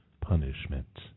punishment